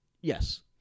Yes